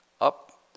up